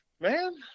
Man